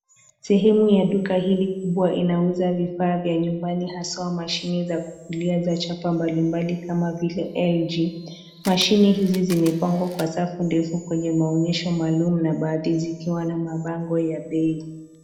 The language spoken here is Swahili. Sehemu ya duka hili kubwa inauza vifaa vya nyumbani haswaa mashine za kukulia za chapa mbali mbali kama vile LG . Mashini hizi zimepangwa kwa safu ndefu kwenye maonyesho maalum na baadhi zikiwa na mabango ya bei.